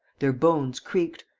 their bones creaked.